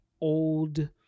old